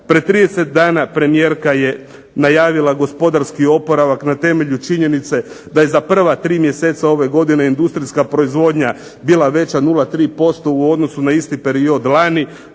Pred 30 dana premijerka je najavila gospodarski oporavak na temelju činjenice da je za prva tri mjeseca ove godine industrijska proizvodnja bila veća 0,3% u odnosu na isti period lani,